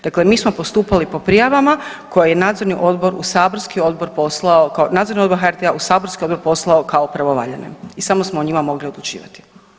Dakle, mi smo postupali po prijavama koje je nadzorni odbor u saborski odbor poslao, nadzorni odbor HRT-a u saborski odbor poslao kao pravovaljane i samo smo o njima mogli odlučivati.